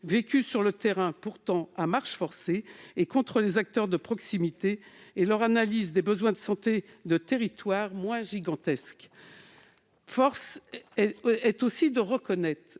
marche sur le terrain, contre la volonté des acteurs de proximité et leur analyse des besoins de santé de territoires moins gigantesques. Force est aussi de reconnaître